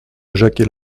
jacquier